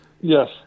Yes